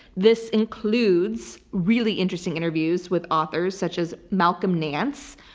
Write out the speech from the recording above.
this includes really interesting interviews with authors such as malcolm nance,